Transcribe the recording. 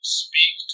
speak